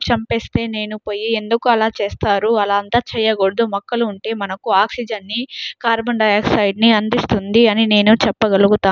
చంపేస్తే నేను పోయి ఎందుకలా చేస్తారు అలా అంతా చేయకూడదు మొక్కలు ఉంటే మనకు ఆక్సిజన్ని కార్బన్ డైఆక్సైడ్ని అందిస్తుంది అని నేను చెప్పగలుగుతాను